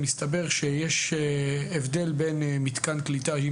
מסתבר שיש הבדל בין מתקן קליטה.